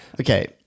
Okay